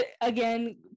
again